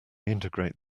integrate